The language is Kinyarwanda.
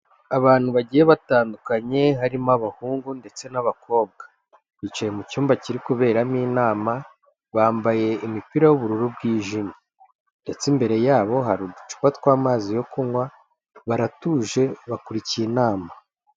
Abantu bagiye batandukanye harimo abahungu ndetse n'abakobwa, bicaye mu cyumba kiri kuberamo inama bambaye imipira y'ubururu bwijimye, ndetse imbere yabo hari uducupa tw'amazi yo kunywa, baratuje bakurikiye inama.